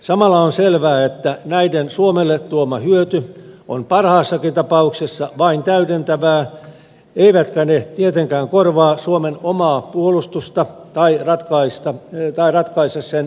samalla on selvää että näiden suomelle tuoma hyöty on parhaassakin tapauksessa vain täydentävää eivätkä ne tietenkään korvaa suomen omaa puolustusta tai ratkaise sen materiaalihaasteita